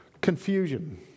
confusion